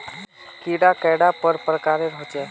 कीट कैडा पर प्रकारेर होचे?